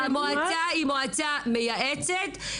המועצה היא מועצה מייעצת.